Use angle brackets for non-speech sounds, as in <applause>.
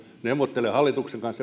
neuvottelee hallituksen kanssa <unintelligible>